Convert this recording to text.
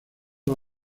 las